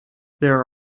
there